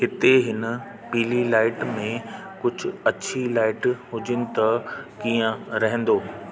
हिते हिन पिली लाइट में कुझु अछी लाइट हुजनि त कीअं रहंदो